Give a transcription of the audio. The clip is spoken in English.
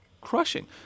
Crushing